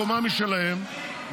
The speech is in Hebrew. קומה משלהם,